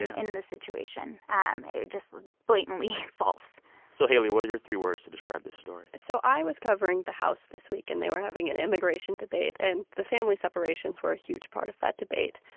in this situation. um just blatantly false so, haley, what are your three words to describe this story? so i was covering the house this week, and they were having an immigration debate, and the family separations were a huge part of that debate.